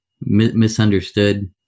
misunderstood